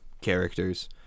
characters